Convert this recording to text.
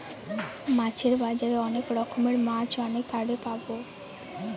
মাছের বাজারে অনেক রকমের মাছ অনেক হারে পাবো